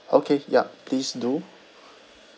okay yup please do